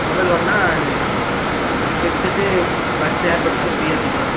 mobile வாங்கினா headset buds air பட்ஸுலாம் ஃப்ரீயாக தருவோம்